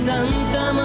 Santa